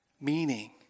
Meaning